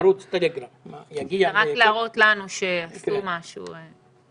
זה רק להראות לנו שעשו משהו.